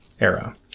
era